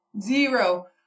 Zero